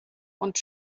und